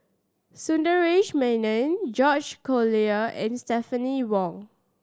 Sundaresh Menon George Collyer and Stephanie Wong